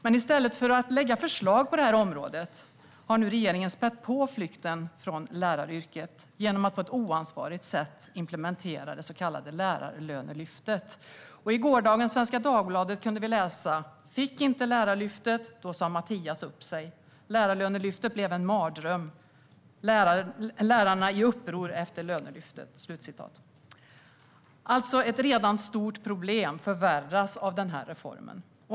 Men i stället för att lägga fram förslag på detta område har regeringen spätt på flykten från läraryrket genom att på ett oansvarigt sätt implementera det så kallade Lärarlönelyftet. I gårdagens Svenska Dagbladet kunde vi läsa: "Fick inte lärarlönelyftet - då sade Mattias upp sig", "Lärarlönelyftet blev en mardröm" och "Lärarna i uppror efter lönelyft". Ett redan stort problem förvärras alltså av denna reform.